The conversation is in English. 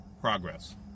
progress